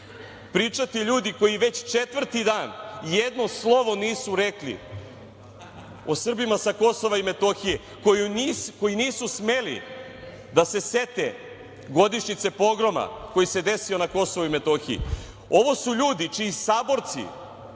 pričati ljudi koji već četvrti dan jedno slovo nisu rekli o Srbima sa KiM, koji nisu smeli da se sete godišnjice pogroma koji se desio na KiM.Ovo su ljudi čiji saborci